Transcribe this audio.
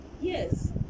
Yes